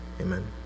amen